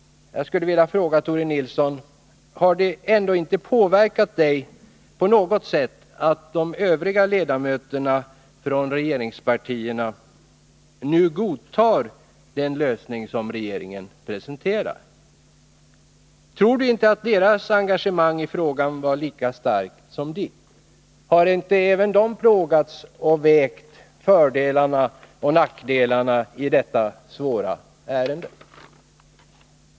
Jag skulle vilja fråga Tore Nilsson om det ändå inte påverkat honom på något sätt att övriga ledamöter från regeringspartierna nu godtar den lösning som regeringen presenterar. Tror han inte att deras engagemang kan vara lika starkt som hans? Har inte även de plågats och vägt fördelarna och nackdelarna i detta svåra ärende?